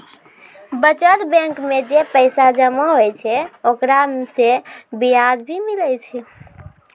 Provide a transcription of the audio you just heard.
बचत बैंक मे जे पैसा जमा होय छै ओकरा से बियाज भी मिलै छै